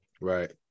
Right